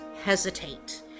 hesitate